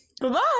Goodbye